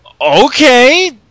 Okay